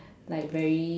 like very